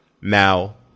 Now